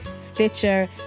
Stitcher